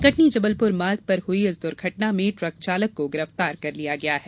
कटनी जबलपुर मार्ग पर हुई इस दुर्घटना में ट्रक चालक को गिरफ्तार कर लिया गया है